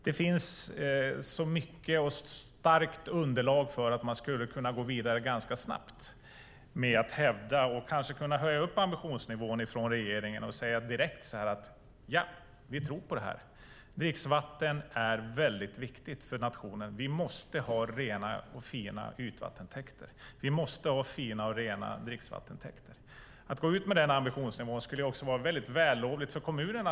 Det finns ett stort och starkt underlag så att man skulle kunna gå vidare ganska snabbt och hävda och kanske kunna höja regeringens ambitionsnivå och direkt säga: Vi tror på detta. Dricksvatten är mycket viktigt för nationen. Vi måste ha rena och fina ytvattentäkter. Vi måste ha rena och fina dricksvattentäkter. Att gå ut med denna ambitionsnivå skulle också vara mycket vällovligt för kommunerna.